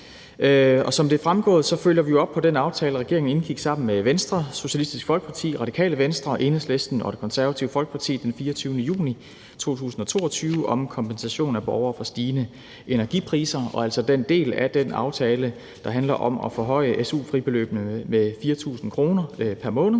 Som det er fremgået, følger vi jo op på den aftale, regeringen indgik med Venstre, Socialistisk Folkeparti, Radikale Venstre, Enhedslisten og Det Konservative Folkeparti den 24. juni 2022 om kompensation af borgere for stigende energipriser og altså den del af den aftale, der handler om at forhøje su-fribeløbene med 4.000 kr. pr. måned.